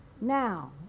Now